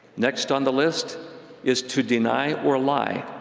next on the list is to deny or lie.